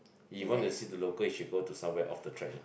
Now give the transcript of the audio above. if want to see to local you should go to somewhere off the track ah